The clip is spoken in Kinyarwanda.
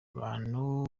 abantu